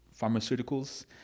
pharmaceuticals